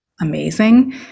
amazing